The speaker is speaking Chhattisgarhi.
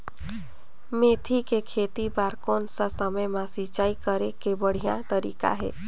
मेथी के खेती बार कोन सा समय मां सिंचाई करे के बढ़िया तारीक हे?